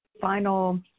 final